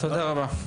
תודה רבה.